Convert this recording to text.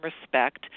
respect